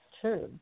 true